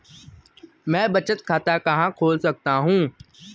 मैं बचत खाता कहाँ खोल सकता हूँ?